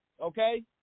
okay